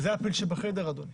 זה הפיל שבחדר, אדוני.